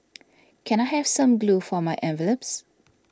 can I have some glue for my envelopes